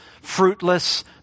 fruitless